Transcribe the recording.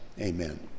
amen